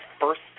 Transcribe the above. first